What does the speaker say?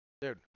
dude